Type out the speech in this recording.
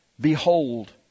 Behold